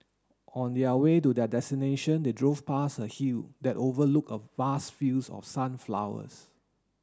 on the way to their destination they drove past a hill that overlook of vast fields of sunflowers